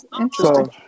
interesting